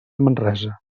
manresa